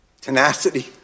tenacity